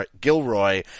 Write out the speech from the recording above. Gilroy